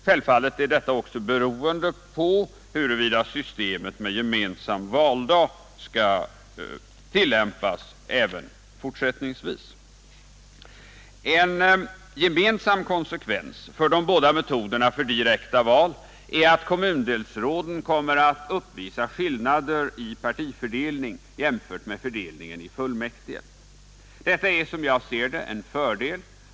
Självfallet är detta också beroende på huruvida systemet med gemensam valdag skall En gemensam konsekvens av de båda metoderna för direkta val är att kommundelsråden kommer att uppvisa skillnader i partifördelning jämfört med fördelningen i fullmäktige. Detta är, som jag ser det, en fördel.